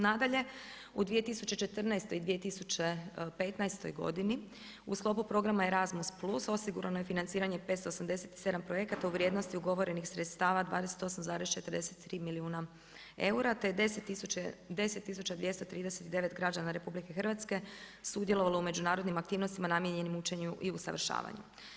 Nadalje, u 2104. i 2015. godini u sklopu programa Erasmus plus osigurano je financiranje 587 projekata u vrijednosti ugovorenih sredstava 28,43 milijuna eura, te 10239 građana RH sudjelovalo u međunarodnim aktivnostima namijenjenim učenju i usavršavanju.